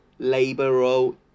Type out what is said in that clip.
laboral